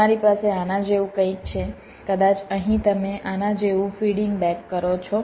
તમારી પાસે આના જેવું કંઈક છે કદાચ અહીં તમે આના જેવું ફીડિંગ બેક કરો છો